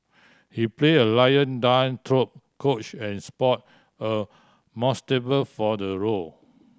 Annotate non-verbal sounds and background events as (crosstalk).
he play a lion dance troupe coach and sport a (unintelligible) for the role